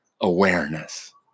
awareness